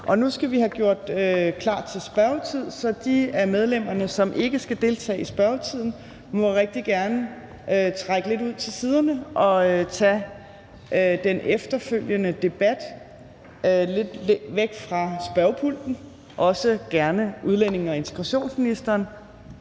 Nu skal vi have gjort klar til spørgetiden, så de af medlemmerne, som ikke skal deltage i spørgetiden, må rigtig gerne trække lidt ud til siderne og tage den efterfølgende debat lidt væk fra spørgepulten, også gerne udlændinge- og integrationsministeren.